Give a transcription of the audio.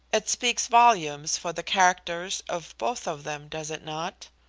it speaks volumes for the characters of both of them, does it not?